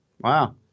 Wow